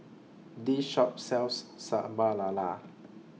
This Shop sells Sambal Lala